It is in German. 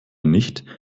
nicht